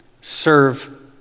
serve